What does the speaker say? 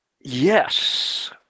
Yes